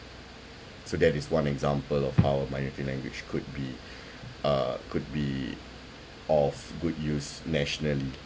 so that is one example of how a minority language could be uh could be of good use nationally